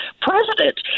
president